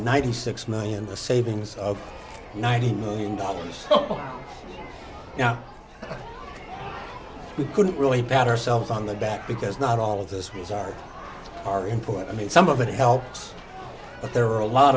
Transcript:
ninety six million the savings of nineteen million dollars oh yeah we couldn't really bad ourselves on the back because not all of this was our our input i mean some of it helps but there are a lot